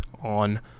On